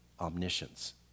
omniscience